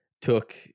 took